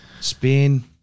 Spain